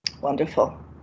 Wonderful